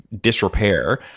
disrepair